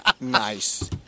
Nice